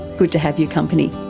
good to have your company,